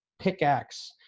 pickaxe